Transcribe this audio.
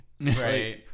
right